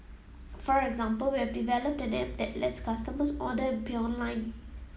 for example we have developed an app that lets customers order and pay online